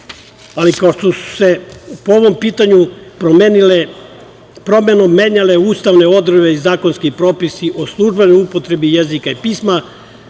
Kao što su se po ovom pitanju promenom menjale ustavne odredbe i zakonski popisi o službenoj upotrebi jezika i pisma,